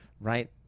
right